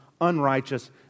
unrighteous